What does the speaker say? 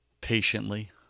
patiently